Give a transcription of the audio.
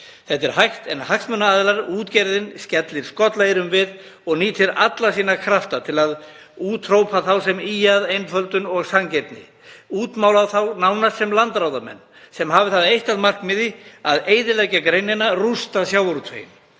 Þetta er hægt en hagsmunaaðilar, útgerðin, skellir skollaeyrum við og nýtir alla sína krafta til að úthrópa þá sem ýja að einföldun og sanngirni, útmálar þá nánast sem landráðamenn sem hafi það eitt að markmiði að eyðileggja greinina, rústa sjávarútveginn.